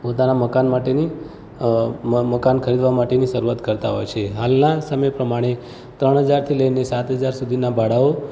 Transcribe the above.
પોતાના મકાન માટેની અ મ મકાન ખરીદવા માટેની શરૂઆત કરતા હોય છે હાલના સમય પ્રમાણે ત્રણ હજારથી લઈને સાત હજાર સુધીનાં ભાડાઓ